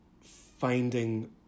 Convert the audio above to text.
Finding